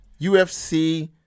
UFC